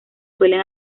suelen